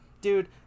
Dude